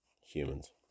Humans